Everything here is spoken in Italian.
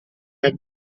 nel